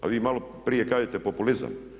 A vi maloprije kažete populizam.